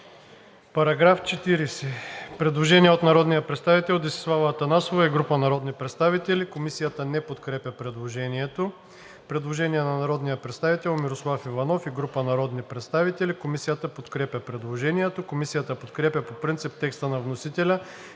По § 51 има предложение от народния представител Десислава Атанасова и група народни представители: „§ 51 да се отхвърли.“ Комисията не подкрепя предложението. Предложение от народния представител Мирослав Иванов и група народни представители. Комисията подкрепя по принцип предложението. Комисията подкрепя по принцип текста на вносителя